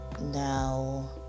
now